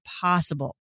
possible